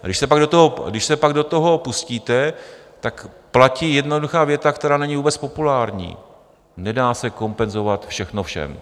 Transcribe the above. A když se pak do toho pustíte, tak platí jednoduchá věta, která není vůbec populární: nedá se kompenzovat všechno všem.